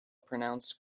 pronounced